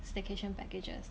staycation packages